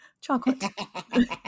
chocolate